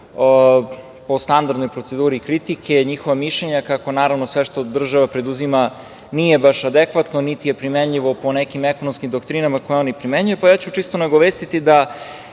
po standardnoj proceduri kritike, njihova mišljenja kako naravno sve što država preduzima nije baš adekvatno, niti je primenljivo po nekim ekonomskim doktrinama koje oni primenjuju, pa ja ću čisto nagovestiti da